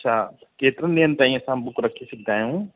अछा केतिरनि ॾींहनि ताईं असां बुक रखी सघंदा आहियूं